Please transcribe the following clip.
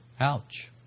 ouch